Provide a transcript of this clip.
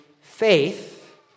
faith